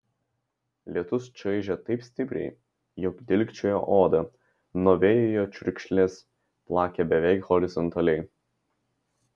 lietus čaižė taip stipriai jog dilgčiojo odą nuo vėjo jo čiurkšlės plakė beveik horizontaliai